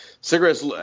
cigarettes